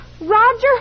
Roger